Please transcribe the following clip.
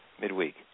midweek